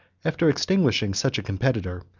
after extinguishing such a competitor,